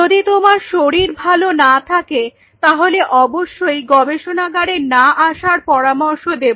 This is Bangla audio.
যদি তোমার শরীর ভালো না থাকে তাহলে অবশ্যই গবেষণাগারে না আসার পরামর্শ দেব